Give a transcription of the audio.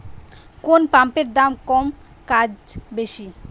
কোন পাম্পের দাম কম কাজ বেশি?